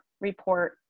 report